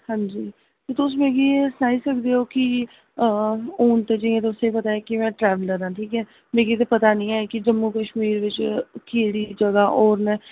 हां जी तुस मिगी एह् सनाई सकदे ओ कि हून ते जियां तुसेंगी पता ऐ कि में ट्रेवलर आं ठीक ऐ मिगी ते पता नि ऐ कि जम्मू कश्मीर बिच्च केह्ड़ी जगह् होर न